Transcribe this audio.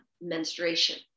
menstruation